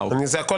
זה הכול